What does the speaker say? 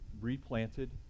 replanted